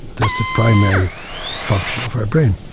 that's the primary function of our brain.